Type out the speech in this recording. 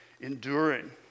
enduring